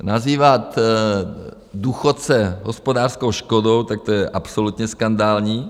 Nazývat důchodce hospodářskou škodou, to je absolutně skandální.